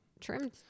trimmed